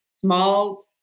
small